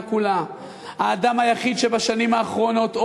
כולה: האדם היחיד שבשנים האחרונות עומד,